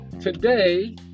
today